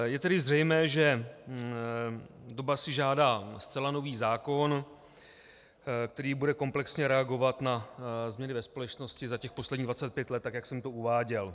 Je tedy zřejmé, že doba si žádá zcela nový zákon, který bude komplexně reagovat na změny ve společnosti za těch posledních 25 let, jak jsem to uváděl.